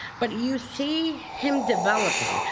but you see him developing.